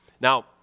Now